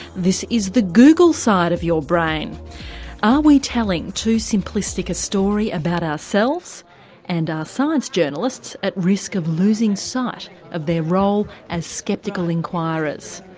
this is the google side of your brain. are we telling too simplistic a story about ourselves and are science journalists at risk of losing sight of their role as sceptical enquirers?